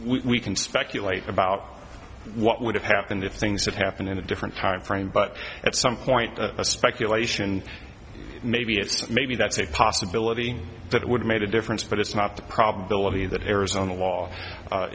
we can speculate about what would have happened if things had happened in a different time frame but at some point a speculation maybe it's maybe that's a possibility that would made a difference but it's not the probability that arizona l